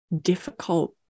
difficult